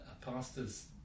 pastor's